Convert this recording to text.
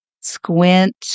Squint